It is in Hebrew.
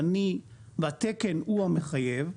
והתקן הוא המחייב.